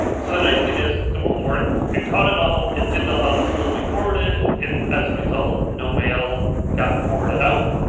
so the nice thing is the rule worked, it caught it all. it didn't allow this rule to be forwarded. and as a result, no mail got forwarded out.